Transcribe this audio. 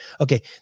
Okay